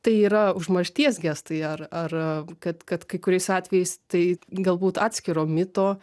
tai yra užmaršties gestai ar ar kad kad kai kuriais atvejais tai galbūt atskiro mito